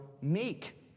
meek